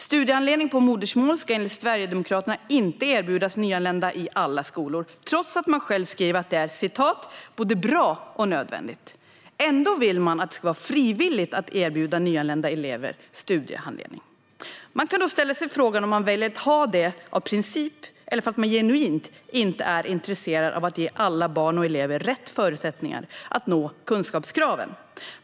Studiehandledning på modersmål ska enligt Sverigedemokraterna inte erbjudas nyanlända i alla skolor, trots att Sverigedemokraterna själva skriver att det är "både bra och nödvändigt". Ändå vill man att det ska vara frivilligt att erbjuda nyanlända elever studiehandledning. Man kan ställa sig frågan om Sverigedemokraterna väljer att säga detta av princip eller för att de genuint inte är intresserade av att ge alla barn och elever rätt förutsättningar att nå kunskapskraven.